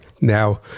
Now